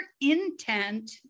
intent